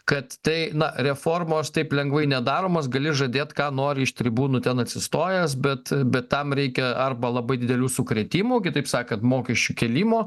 kad tai na reformos taip lengvai nedaromos gali žadėt ką nori iš tribūnų ten atsistojęs bet bet tam reikia arba labai didelių sukrėtimų kitaip sakant mokesčių kėlimo